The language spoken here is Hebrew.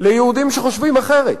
ליהודים שחושבים אחרת,